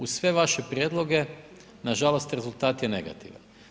Uz sve vaše prijedloge, nažalost rezultat je negativan.